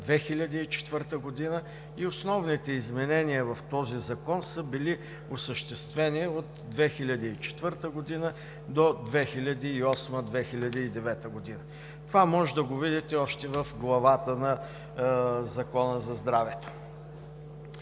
2004 г. и основните изменения в този закон са били осъществени от 2004 г. до 2008 – 2009 г. Това можете да го видите още в заглавието на Закона за здравето.